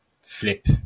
flip